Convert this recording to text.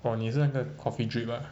oh 你是那个 coffee drip ah